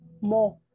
more